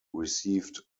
received